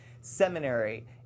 seminary